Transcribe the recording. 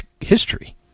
History